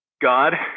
god